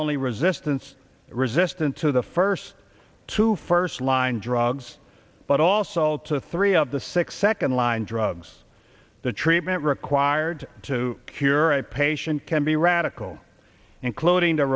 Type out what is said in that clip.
only resistance resistant to the first two first line drugs but also all to three of the six second line drugs the treatment required to cure a patient can be radical including the